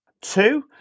Two